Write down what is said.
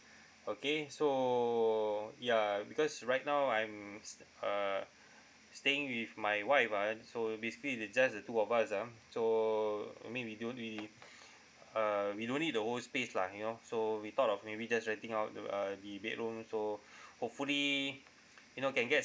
okay so ya because right now I'm uh staying with my wife ah so basically it's just the two of us ah so I mean we don't we uh we don't need the whole space lah you know so we thought of maybe just renting out the uh the bedroom so hopefully you know can get